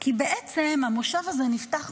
כי בעצם המושב הזה נפתח,